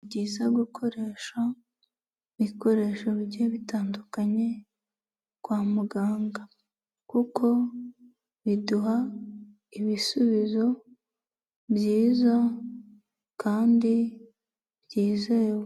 Ni byiza gukoresha ibikoresho bigiye bitandukanye kwa muganga kuko biduha ibisubizo byiza kandi byizewe.